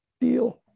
deal